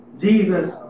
Jesus